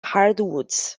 hardwoods